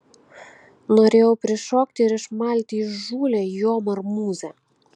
norėjau prišokti ir išmalti įžūlią jo marmūzę